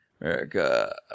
America